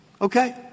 Okay